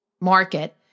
market